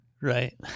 Right